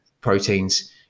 proteins